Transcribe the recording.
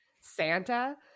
Santa